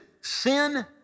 sin